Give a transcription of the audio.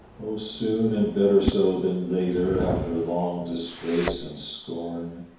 oh soon, and better so than later after long disgrace and scorn,